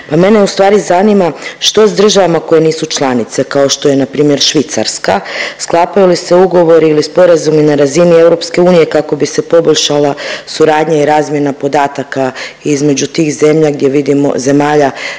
pa mene ustvari zanima što s državama koje nisu članice kao što je npr. Švicarska, sklapaju li se ugovori ili sporazumi na razini EU kako bi se poboljšala suradnja i razmjena podataka između tih zemlja, zemalja